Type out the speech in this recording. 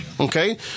Okay